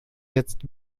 jetzt